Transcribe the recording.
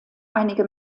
einige